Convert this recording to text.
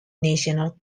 national